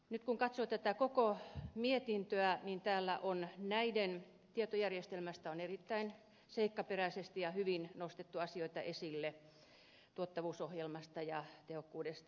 nyt kun katsoo tätä koko mietintöä täällä on tietojärjestelmästä erittäin seikkaperäisesti ja hyvin nostettu asioita esille tuottavuusohjelmasta ja tehokkuudesta ja niin edelleen